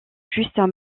justin